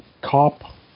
cop